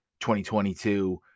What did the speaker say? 2022